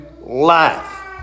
life